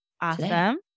Awesome